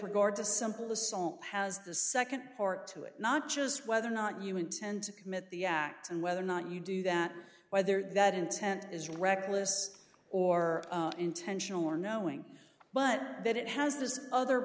regard to simple assault has the second part to it not just whether or not you intend to commit the act and whether or not you do that whether that intent is reckless or intentional or knowing but that it has this other